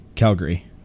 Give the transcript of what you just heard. Calgary